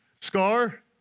Scar